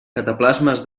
cataplasmes